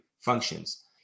functions